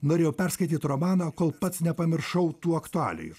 norėjau perskaityt romaną kol pats nepamiršau tų aktualijų